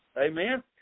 Amen